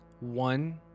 one